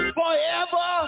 forever